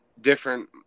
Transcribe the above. different